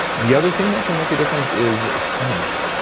the other thing that can make a difference is cinnamon.